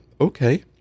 Okay